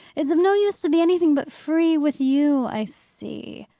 it's of no use to be anything but free with you, i see,